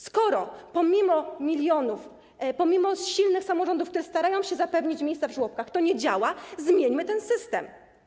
Skoro pomimo milionów, pomimo silnych samorządów, które starają się zapewnić miejsca w żłobkach, to nie działa, zmieńmy ten system.